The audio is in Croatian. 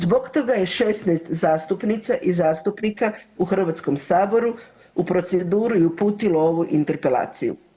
Zbog toga je 16 zastupnica i zastupnika u Hrvatskom saboru u proceduru i uputilo ovu interpelaciju.